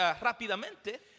rápidamente